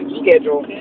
schedule